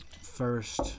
first